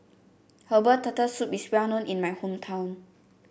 Herbal Turtle Soup is well known in my hometown